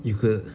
you could